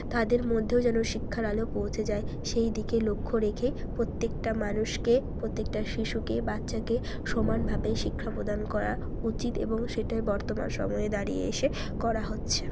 তাদের মধ্যেও যেন শিক্ষার আলো পৌঁছে যায় সেই দিকে লক্ষ্য রেখে প্রত্যেকটা মানুষকে প্রত্যেকটা শিশুকে বাচ্চাকে সমানভাবে শিক্ষা প্রদান করা উচিত এবং সেটা এই বর্তমান সময়ে দাঁড়িয়ে এসে করা হচ্ছে